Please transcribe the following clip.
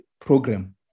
program